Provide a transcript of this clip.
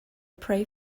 pray